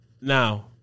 Now